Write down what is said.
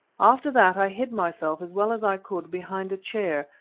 after that i hid myself as well as i could behind a chair,